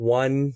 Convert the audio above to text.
one